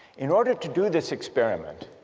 in order to do this experiment